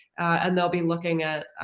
and they'll be looking at,